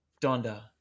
Donda